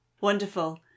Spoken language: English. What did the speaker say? Wonderful